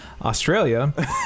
Australia